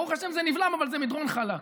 ברוך השם זה נבלם, אבל זה מדרון חלק.